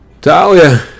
Talia